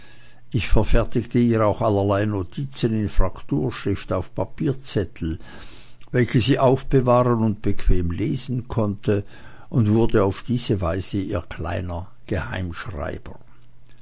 ich verfertigte ihr auch allerlei notizen in frakturschrift auf papierzettel welche sie aufbewahren und bequem lesen konnte und wurde auf diese weise ihr kleiner